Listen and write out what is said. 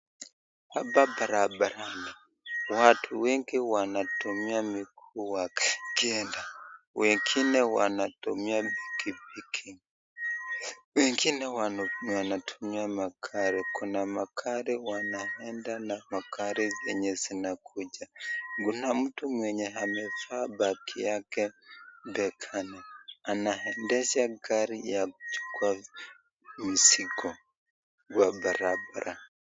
Hapa barabarani, watu wengi wanatumia miguu wakienda, wengine wanatumia pikipiki, wengine wanatumia magari. Kuna magari wanaenda na magari zenye zinakuja. Kuna mtu mwenye amevaa bagi yake begani. Anaendesha gari ya kuchukua mzigo wa barabara.